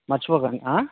మర్చిపోకండి